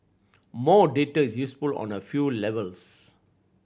more data is useful on a few levels